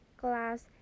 glass